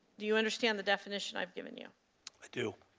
do you understand the definition i've given you? i do.